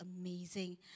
amazing